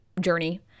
journey